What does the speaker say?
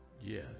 yes